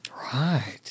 Right